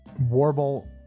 Warble